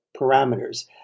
parameters